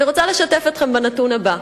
אני רוצה לשתף אתכם בנתון הבא: